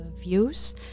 views